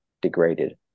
degraded